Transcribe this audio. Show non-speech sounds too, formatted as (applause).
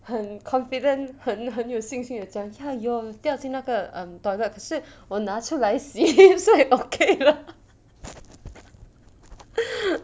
很 confident 很很有信心地讲 ya 有有掉进那个 toilet 可是我拿出来洗 so I okay 了 (laughs)